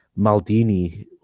Maldini